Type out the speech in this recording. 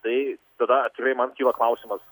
tai tada tikrai man kyla klausimas